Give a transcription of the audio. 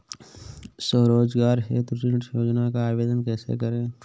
स्वरोजगार हेतु ऋण योजना का आवेदन कैसे करें?